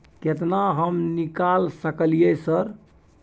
केतना हम निकाल सकलियै सर?